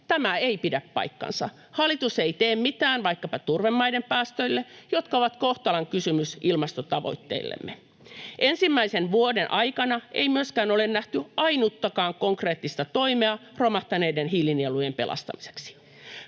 tämä ei pidä paikkaansa. Hallitus ei tee mitään vaikkapa turvemaiden päästöille, jotka ovat kohtalonkysymys ilmastotavoitteillemme. Ensimmäisen vuoden aikana ei myöskään ole nähty ainuttakaan konkreettista toimea romahtaneiden hiilinielujen pelastamiseksi.